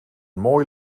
mooi